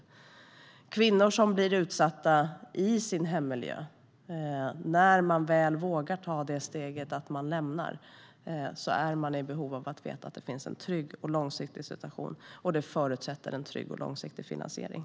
När kvinnor är utsatta i sin hemmiljö och väl vågar ta steget att lämna äktenskapet är de i behov av att veta att det finns ett tryggt och långsiktigt stöd. Det förutsätter en trygg och långsiktig finansiering.